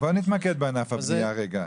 בוא נתמקד בענף הבנייה רגע,